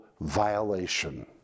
violation